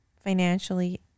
financially